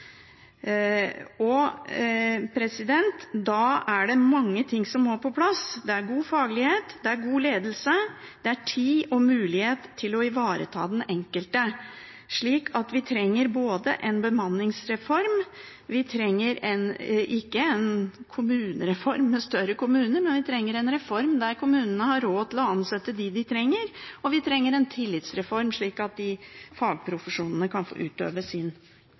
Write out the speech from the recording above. Da er det mange ting som må på plass: Det er god faglighet, det er god ledelse, og det er tid og mulighet til å ivareta den enkelte. Vi trenger en bemanningsreform. Vi trenger ikke en kommunereform med større kommuner, men vi trenger en reform der kommunene har råd til å ansette dem de trenger, og vi trenger en tillitsreform, slik at fagprofesjonene kan få utøve sin